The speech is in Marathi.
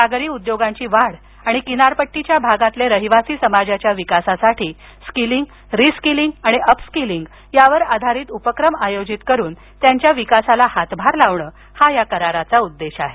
सागरी उद्योगांची वाढ आणि किनारपट्टीच्या भागातील रहिवासी समाजाच्या विकासासाठी स्कीलिंग री स्कीलिंग आणि अप स्कीलिंग यावर आधारित उपक्रम आयोजित करून त्यांच्या विकासाला हातभार लावणे हा या कराराचा उद्देश आहे